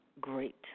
great